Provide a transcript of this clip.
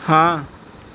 ਹਾਂ